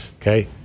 okay